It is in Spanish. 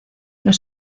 los